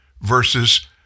versus